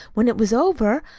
when it was over,